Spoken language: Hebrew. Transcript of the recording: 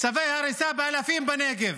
צווי הריסה באלפים בנגב,